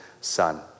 son